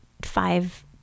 five